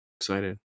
Excited